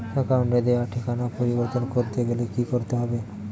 অ্যাকাউন্টে দেওয়া ঠিকানা পরিবর্তন করতে গেলে কি করতে হবে?